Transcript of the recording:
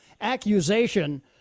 accusation